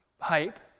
hype